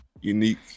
unique